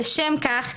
לשם כך,